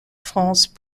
france